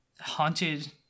haunted